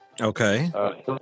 okay